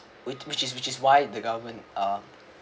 which which is which is why the government uh